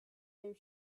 their